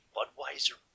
Budweiser